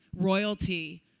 royalty